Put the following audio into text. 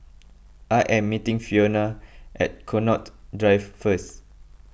I am meeting Fiona at Connaught Drive first